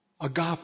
Agape